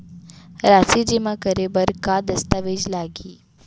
राशि जेमा करे बर का दस्तावेज लागही?